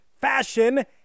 fashion